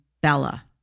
Bella